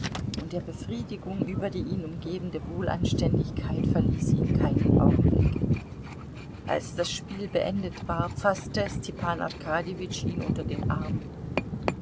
und der befriedigung über die ihn umgebende wohlanständigkeit verließ ihn keinen augenblick als das spiel beendet war faßte stepan arkadjewitsch ihn unter den arm